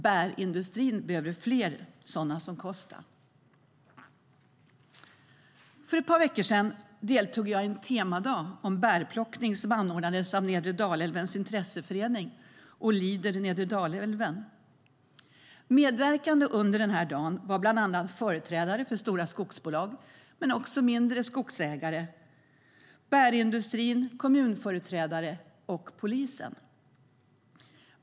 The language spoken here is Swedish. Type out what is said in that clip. Bärindustrin behöver fler sådana som Kosta. För ett par veckor sedan deltog jag i en temadag om bärplockning som anordnades av Nedre Dalälvens intresseförening och Leader Nedre Dalälven. Medverkande under dagen var bland andra företrädare för stora skogsbolag och mindre skogsägare, bärindustrin, kommunföreträdare och polisen.